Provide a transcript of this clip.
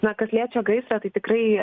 na kas liečia gaisrą tai tikrai